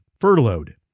furloughed